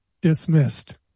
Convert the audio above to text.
dismissed